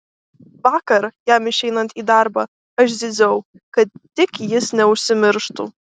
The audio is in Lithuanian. vakar jam išeinant į darbą aš zyziau kad tik jis neužsimirštų